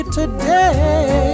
today